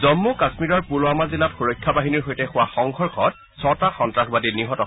জন্মু কাশ্মীৰৰ পুলৱামা জিলাত সুৰক্ষা বাহিনীৰ সৈতে হোৱা সংঘৰ্ষত ছটা সন্তাসবাদী নিহত হৈছে